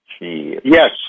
Yes